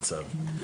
לצערי.